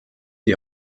die